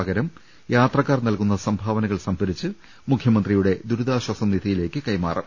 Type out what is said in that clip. പകരം യാത്ര ക്കാർ നൽകുന്ന സംഭാവനകൾ സംഭരിച്ച് മുഖ്യമന്ത്രി യുടെ ദുരിതാശ്ചാസ നിധിയിലേക്ക് നല്കും